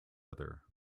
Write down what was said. other